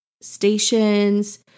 stations